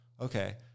okay